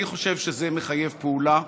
אני חושב שזה מחייב פעולה.